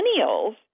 Millennials